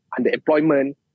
underemployment